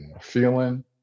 feeling